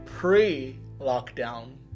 pre-lockdown